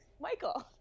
Michael